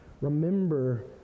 remember